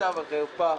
בושה וחרפה.